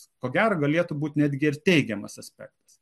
ko gero galėtų būti netgi ir teigiamas aspektas